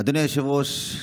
אדוני היושב-ראש,